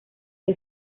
que